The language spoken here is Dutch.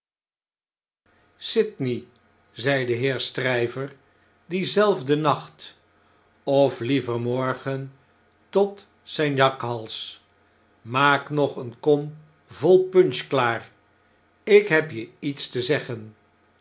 sydney zei de heer stryver dienzelfden nacht of llever morgen tot zijn jakhals maak nog eene kom vol punch klaar ik heb je iets te zeggen